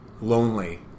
lonely